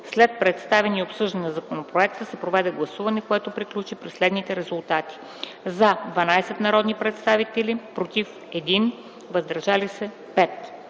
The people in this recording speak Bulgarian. След представяне и обсъждане на законопроекта се проведе гласуване, което приключи при следните резултати: „за” – 12 народни представители, „против” – 1 народен